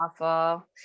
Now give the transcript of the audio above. awful